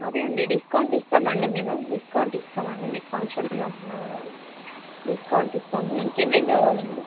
అదే అండి డిస్కౌంట్ ఇస్తాం అండి మేము డిస్కౌంట్ ఇస్తాం అండి మీకు ఫంక్షన్ ఉంది అంటున్నారు కదా డిస్కౌంట్ ఇస్తాము ఇంకా ఏమేమి కావాలండి